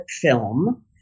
film